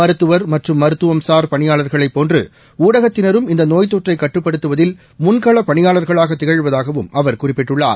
மருத்துவர் மற்றும் மருத்துவம்சார் பணியாள்களைக் போன்று ஊடகத்தினரும் இந்த நோய் தொற்றை கட்டுப்படுத்துவதில் முன்கள பணியாளர்களாக திகழ்வதாகவும் அவர் குறிப்பிட்டுள்ளார்